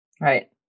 Right